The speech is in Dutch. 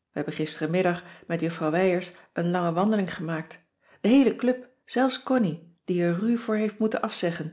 we hebben gisterenmiddag met juffrouw wijers een lange wandeling gemaakt de heele club zelfs connie die er ru voor heeft moeten afzeggen